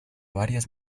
varias